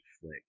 flick